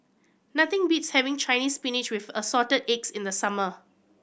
nothing beats having Chinese Spinach with Assorted Eggs in the summer